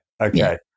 okay